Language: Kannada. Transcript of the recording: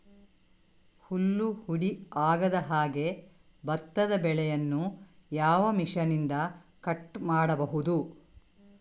ಹುಲ್ಲು ಹುಡಿ ಆಗದಹಾಗೆ ಭತ್ತದ ಬೆಳೆಯನ್ನು ಯಾವ ಮಿಷನ್ನಿಂದ ಕಟ್ ಮಾಡಬಹುದು?